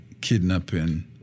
kidnapping